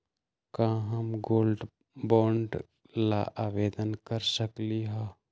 का हम gold bond ला आवेदन कर सकली ह?